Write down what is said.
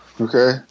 Okay